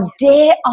dare